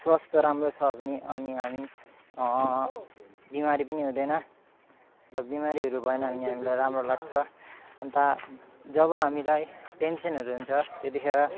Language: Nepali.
स्वास्थ्य राम्रो छ भने अनि हामी बिमारी पनि हुँदैन र बिमारीहरू भएन भने हामीलाई राम्रो लाग्छ अन्त जब हामीलाई टेन्सनहरू हुन्छ त्यतिखेर